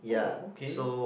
uh okay